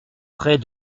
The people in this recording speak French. près